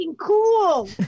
cool